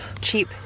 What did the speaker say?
cheap